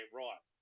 right